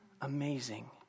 Amazing